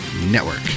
network